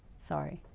sorry.